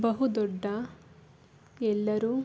ಬಹು ದೊಡ್ಡ ಎಲ್ಲರೂ